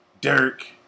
Dirk